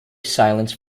silence